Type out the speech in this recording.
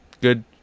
Good